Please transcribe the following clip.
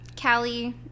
Callie